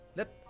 Let